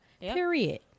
Period